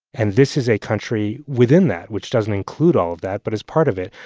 and this is a country within that which doesn't include all of that but is part of it.